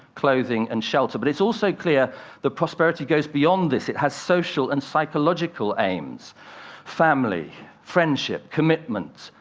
clothing and shelter. but it's also clear that prosperity goes beyond this. it has social and psychological aims family, friendship, commitments,